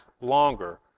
longer